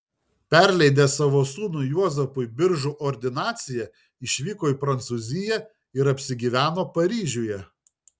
perleidęs savo sūnui juozapui biržų ordinaciją išvyko į prancūziją ir apsigyveno paryžiuje